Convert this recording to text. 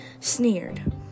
sneered